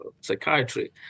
psychiatry